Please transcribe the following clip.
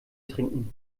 trinken